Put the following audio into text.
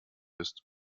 ist